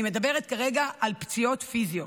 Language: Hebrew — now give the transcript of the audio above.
אני מדברת כרגע על פציעות פיזיות.